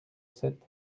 sept